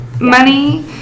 money